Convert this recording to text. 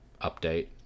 update